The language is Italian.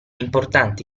importante